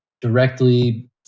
directly